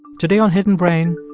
today on hidden brain,